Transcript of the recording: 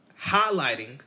highlighting